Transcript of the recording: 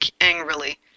angrily